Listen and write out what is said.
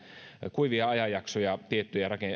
kuivia ajanjaksoja tiettyjen